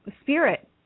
spirit